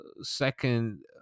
second